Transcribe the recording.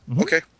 Okay